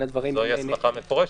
זוהי הסמכה מפורשת.